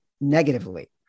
negatively